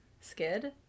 skid